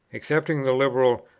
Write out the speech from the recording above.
excepting the liberal,